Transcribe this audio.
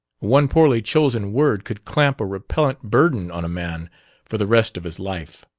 one poorly-chosen word could clamp a repellent burden on a man for the rest of his life!